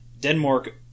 Denmark